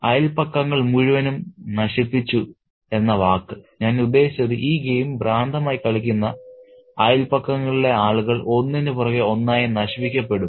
അയൽപക്കങ്ങൾ മുഴുവനും നശിപ്പിച്ചു എന്ന വാക്ക് ഞാൻ ഉദ്ദേശിച്ചത് ഈ ഗെയിം ഭ്രാന്തമായി കളിക്കുന്ന അയൽപക്കങ്ങളിലെ ആളുകൾ ഒന്നിനുപുറകെ ഒന്നായി നശിപ്പിക്കപ്പെടും